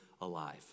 alive